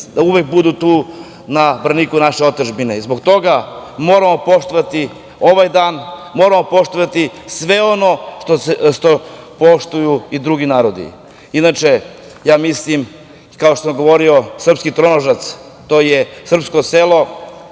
da uvek budu tu na braniku naše otadžbine. Zbog toga moramo poštovati ovaj dan, moramo poštovati sve ono što poštuju i drugi narodi. Inače, ja mislim, srpski tronožac, to je srpsko selo,